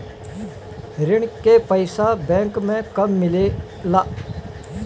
ऋण के पइसा बैंक मे कब मिले ला?